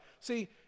See